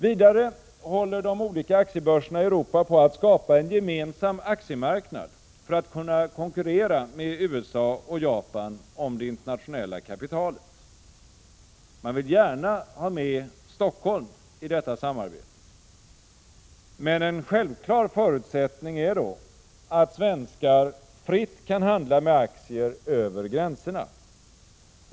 Vidare håller de olika aktiebörserna i Europa på att skapa en gemensam aktiemarknad för att kunna konkurrera med USA och Japan om det internationella kapitalet. Man vill gärna ha med Stockholm i detta samarbete. Men en självklar förutsättning är då att svenskar fritt kan handla med aktier över gränserna.